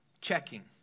checking